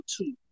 two